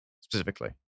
specifically